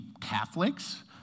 Catholics